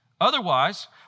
Otherwise